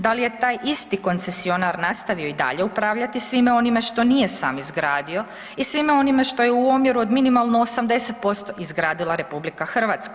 Da li je taj isti koncesionar nastavio i dalje upravljati svime onime što nije sam izgradio i svime onime što je u omjeru od minimalno 80% izgradila RH?